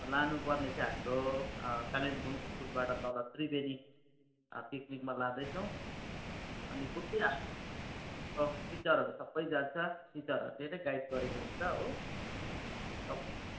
लानुपर्ने चाहिँ हाम्रो कालिम्पोङ स्कुलबाट तल त्रिवेणी पिकनिकमा लाँदैछौँ अनि खुदै हामी अब टिचरहरू सबै जान्छ टिचरहरूले नै गाइड गरेको हुन्छ हो तपाईँ